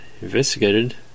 investigated